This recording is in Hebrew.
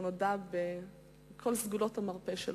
שנודע בכל סגולות המרפא שלו,